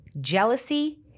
Jealousy